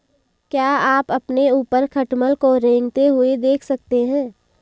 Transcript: क्या आप अपने ऊपर खटमल को रेंगते हुए देख सकते हैं?